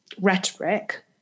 rhetoric